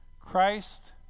Christ